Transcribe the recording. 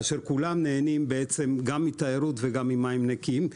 כאשר כולם נהנים בעצם גם מתיירות וגם ממים נקיים.